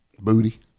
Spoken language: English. Booty